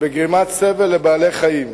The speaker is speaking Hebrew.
בגרימת סבל לבעלי-חיים,